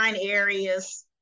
areas